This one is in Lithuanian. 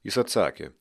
jis atsakė